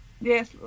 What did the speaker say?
yes